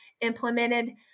implemented